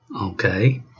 Okay